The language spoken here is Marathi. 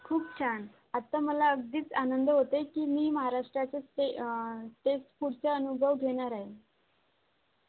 खूप छान आत्ता मला अगदीच आनंद होते की मी महाराष्ट्राचे स्टे स्टेस्ट फूडचा अनुभव घेणार आहे